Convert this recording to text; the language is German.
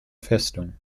festung